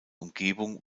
umgebung